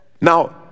Now